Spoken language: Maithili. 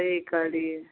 की करियै